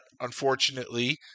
unfortunately